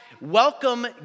welcome